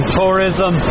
tourism